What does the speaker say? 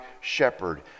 shepherd